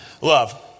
love